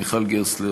מיכל גרסטלר,